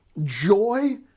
joy